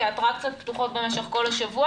כי האטרקציות פתוחות במשך כל השבוע